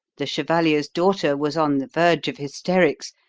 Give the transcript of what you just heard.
the chevalier's daughter was on the verge of hysterics,